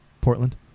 Portland